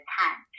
time